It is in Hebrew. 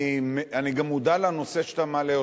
אני גם מודע לנושא שאתה מעלה,